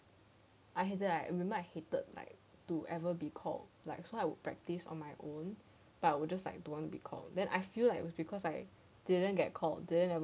I hated it I remember I hated like to ever be called like so I would practise on my own but we're just like don't want to be called because then I feel like it was because I didn't get called then